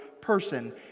person